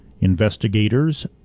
Investigators